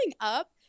up